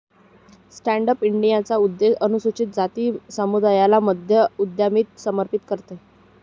stand up इंडियाचा उद्देश अनुसूचित जनजाति समुदायाला मध्य उद्यमिता समर्थित करते